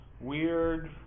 Weird